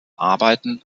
arbeiten